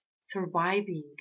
surviving